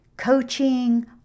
coaching